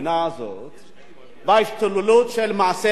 ההשתוללות של מעשי גזענות במדינה הזאת,